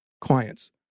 clients